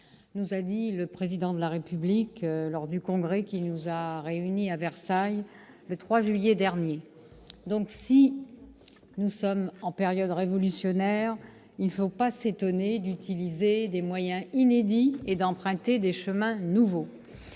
nous a dit le Président de la République lors du Congrès qui nous a réunis à Versailles, le 3 juillet dernier. Puisque nous sommes en période révolutionnaire, il ne faut pas s'étonner que nous utilisions des moyens inédits et que nous empruntions des chemins nouveaux.